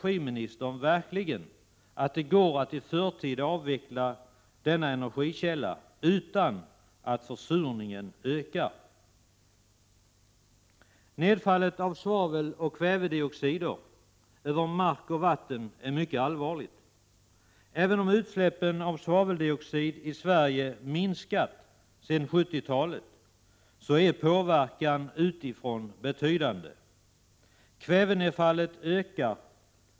Nedfallet av svavel och kvävedioxider över mark och vatten är mycket allvarligt. Även om utsläppen av svaveldioxid i Sverige minskat sedan 1970-talet är påverkan utifrån betydande. Kvävenedfallet ökar.